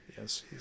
yes